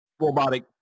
Robotic